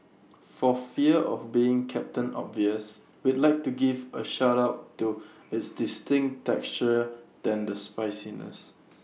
for fear of being captain obvious we'd like to give A shout out to its distinct texture than the spiciness